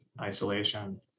isolation